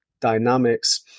dynamics